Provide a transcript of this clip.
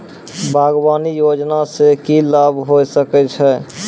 बागवानी योजना मे की लाभ होय सके छै?